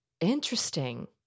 interesting